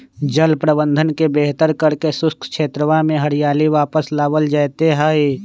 जल प्रबंधन के बेहतर करके शुष्क क्षेत्रवा में हरियाली वापस लावल जयते हई